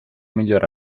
miglior